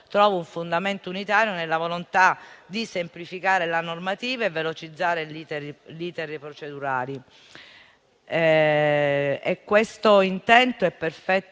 trova un fondamento unitario nella volontà di semplificare la normativa e velocizzare gli *iter* procedurali. Questo intento è perfettamente